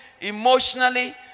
emotionally